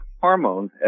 hormones